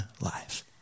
life